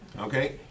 okay